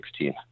2016